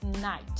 night